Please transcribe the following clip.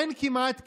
אין כמעט כלים,